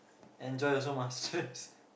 enjoy also must stress